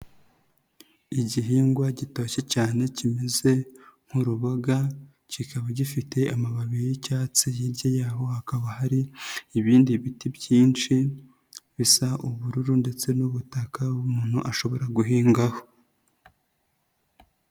Igihingwa gitoshye cyane kimeze nk'uruboga, kikaba gifite amababi y'icyatsi, hirya yaho hakaba hari ibindi biti byinshi bisa ubururu ndetse n'ubutaka umuntu ashobora guhingaho.